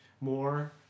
more